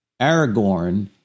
Aragorn